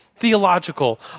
theological